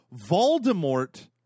Voldemort